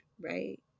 right